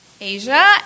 Asia